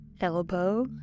elbow